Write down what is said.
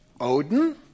Odin